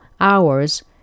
hours